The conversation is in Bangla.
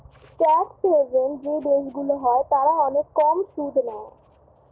ট্যাক্স হেভেন যেই দেশগুলো হয় তারা অনেক কম সুদ নেয়